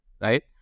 right